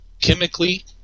Chemically